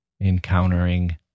encountering